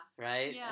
right